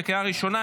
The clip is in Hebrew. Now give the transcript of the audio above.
לקריאה ראשונה.